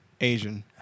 Asian